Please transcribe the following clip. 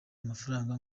amafaranga